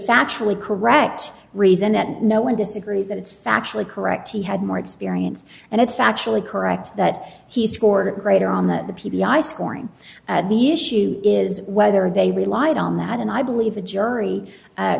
factually correct reason that no one disagrees that it's factually correct he had more experience and it's factually correct that he scored greater on the p p i scoring the issue is whether they relied on that and i believe a jury